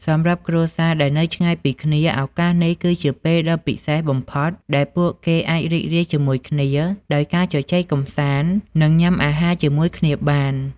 សមា្រប់គ្រួសារដែលនៅឆ្ងាយពីគ្នា ឱកាសនេះគឺជាពេលដ៏ពិសេសបំផុតដែលពួកគេអាចរីករាយជាមួយគ្នា ដោយការជជែកកំសាន្ត និងញ៉ាំអាហារជាមួយគ្នាបាន។